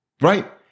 Right